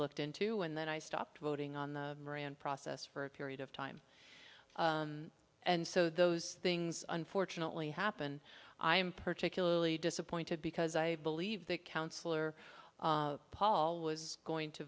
looked into and then i stopped voting on the marion process for a period of time and so those things unfortunately happen i am particularly disappointed because i believe that councillor paul was going to